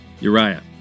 Uriah